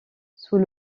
sous